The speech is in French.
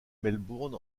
melbourne